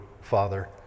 Father